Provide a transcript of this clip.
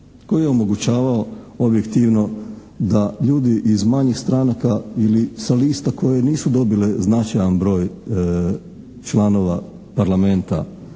koji je omogućavao objektivno da ljudi iz manjih stranaka ili sa lista koje nisu dobile značajan broj članova Parlamenta